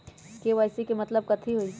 KYC के मतलब कथी होई?